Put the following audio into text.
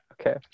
Okay